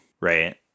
right